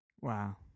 Wow